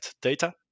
data